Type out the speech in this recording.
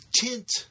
tint